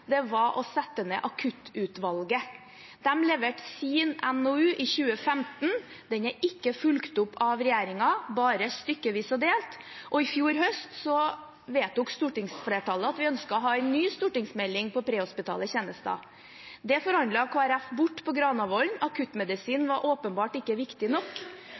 var å sette ned Akuttutvalget. De leverte sin NOU i 2015. Den er ikke fulgt opp av regjeringen, bare stykkevis og delt. I fjor høst vedtok stortingsflertallet at vi ønsket å ha en ny stortingsmelding om prehospitale tjenester. Det forhandlet Kristelig Folkeparti bort på Granavolden. Akuttmedisin var åpenbart ikke viktig nok.